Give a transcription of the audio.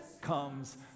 comes